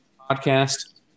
podcast